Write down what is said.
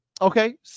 Okay